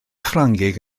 ffrangeg